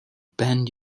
bend